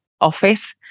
Office